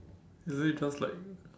isn't it just like